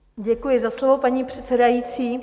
Děkuji za slovo, paní předsedající.